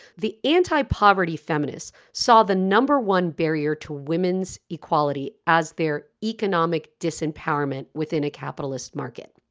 the anti-poverty feminists saw the number one barrier to women's equality as their economic disempowerment. within a capitalist market.